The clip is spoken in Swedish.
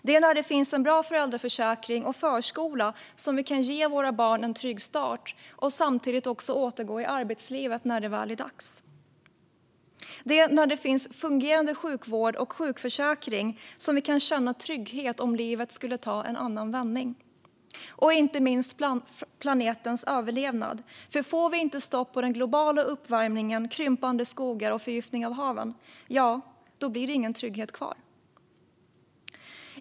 Det är när det finns bra föräldraförsäkring och förskola som vi kan ge våra barn en trygg start och återgå till arbetslivet när det väl är dags. Det är när det finns fungerande sjukvård och sjukförsäkring som vi kan känna trygghet om livet skulle ta en annan vändning. Och så handlar det inte minst om planetens överlevnad - får vi inte stopp på den globala uppvärmningen, krympande skogar och förgiftning av haven blir det ingen trygghet kvar.